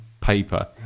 paper